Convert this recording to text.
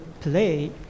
play